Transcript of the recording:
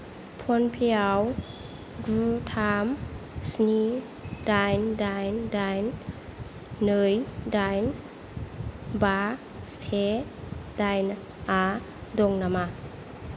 फनपेआव गु थाम सिनि दाइन दाइन दाइन नै दाइन बा से दाइन आ दं नामा